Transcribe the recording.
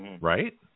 right